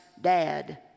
dad